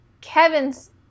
Kevin's